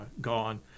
gone